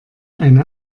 eine